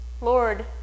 Lord